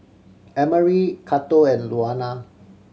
Emory Cato and Luana